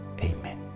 Amen